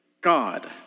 God